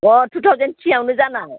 अ two thousand ट्रियावनो जानाय